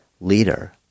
leader